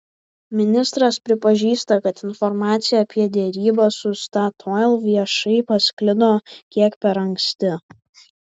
ministras pripažįsta kad informacija apie derybas su statoil viešai pasklido kiek per anksti